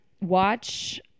Watch